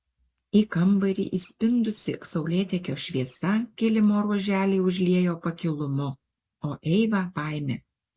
į kambarį įspindusi saulėtekio šviesa kilimo ruoželį užliejo pakilumu o eivą baime